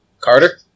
Carter